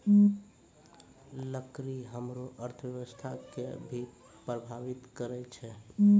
लकड़ी हमरो अर्थव्यवस्था कें भी प्रभावित करै छै